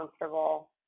comfortable